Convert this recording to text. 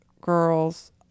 girls